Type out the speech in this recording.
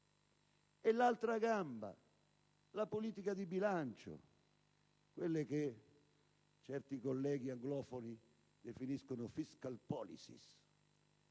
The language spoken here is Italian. all'altra gamba, la politica di bilancio (quella che certi colleghi anglofoni definiscono *fiscal policy*: